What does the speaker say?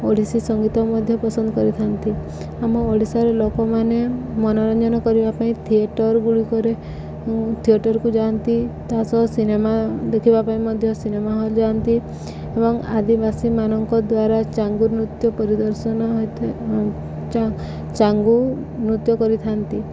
ଓଡ଼ିଶୀ ସଙ୍ଗୀତ ମଧ୍ୟ ପସନ୍ଦ କରିଥାନ୍ତି ଆମ ଓଡ଼ିଶାରେ ଲୋକମାନେ ମନୋରଞ୍ଜନ କରିବା ପାଇଁ ଥିଏଟର୍ ଗୁଡ଼ିକରେ ଥିଏଟର୍କୁ ଯାଆନ୍ତି ତା ସହ ସିନେମା ଦେଖିବା ପାଇଁ ମଧ୍ୟ ସିନେମା ହଲ୍ ଯାଆନ୍ତି ଏବଂ ଆଦିବାସୀମାନଙ୍କ ଦ୍ୱାରା ଚାଙ୍ଗୁ ନୃତ୍ୟ ପରିଦର୍ଶନ ହୋଇଥାଏ ଚାଙ୍ଗୁ ନୃତ୍ୟ କରିଥାନ୍ତି